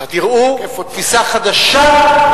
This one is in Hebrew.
קראו תפיסה חדשה,